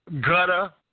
gutter